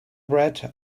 bread